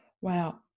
wow